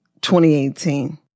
2018